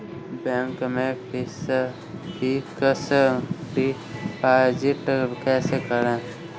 Bank में fix deposit कैसे करें?